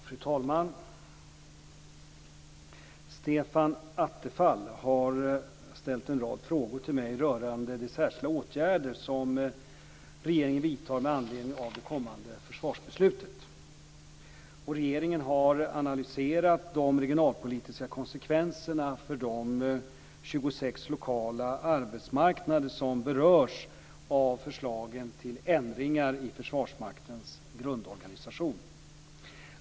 Fru talman! Stefan Attefall har ställt en rad frågor till mig rörande de särskilda åtgärder som regeringen vidtar med anledning av det kommande försvarsbeslutet. Regeringen har analyserat de regionalpolitiska konsekvenserna för de 26 lokala arbetsmarknader som berörs av förslagen till ändringar i Försvarsmaktens grundorganisation.